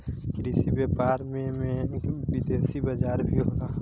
कृषि व्यापार में में विदेशी बाजार भी होला